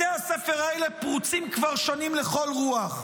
בתי הספר האלה פרוצים כבר שנים לכל רוח.